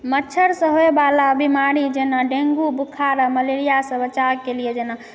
मच्छर सँ होयवला बीमारी जेना डेंगू बोखार आओर मलेरियासँ बचावके लिए जेना